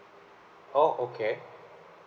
oh okay